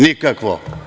Nikakvo.